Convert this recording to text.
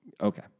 Okay